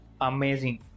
amazing